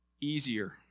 easier